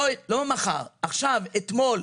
לא מחר; עכשיו, אתמול.